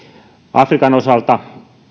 afrikan osalta meillä on